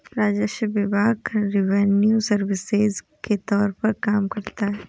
राजस्व विभाग revenue services के तौर पर काम करता है